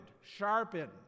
Sharpened